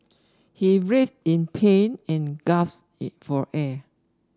he writhed in pain and gasped it for air